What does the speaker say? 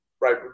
right